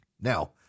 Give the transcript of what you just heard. Now